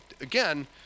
Again